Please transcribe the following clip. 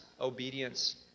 obedience